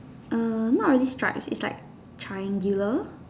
err not really stripes it like triangular